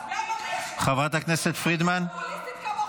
חברת הכנסת פרידמן, בבקשה.